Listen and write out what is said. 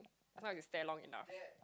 now you stare long enough